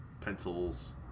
pencils